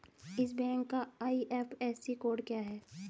इस बैंक का IFSC code क्या है?